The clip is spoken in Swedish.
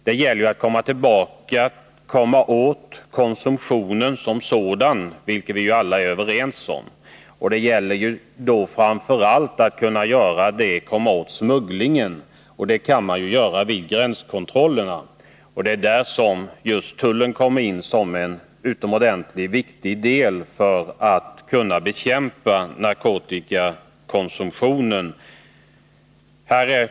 Det gäller att komma åt själva konsumtionen som sådan, vilket vi troligen alla är överens om. Det gäller då framför allt att Nr 110 komma åt smugglingen, och det kan man göra vid gränskontrollerna. Det är Torsdagen den där som just tullen kommer in som en utomordentligt viktig del för att kunna 2 april 1981 bekämpa narkotikakonsumtionen.